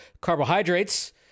carbohydrates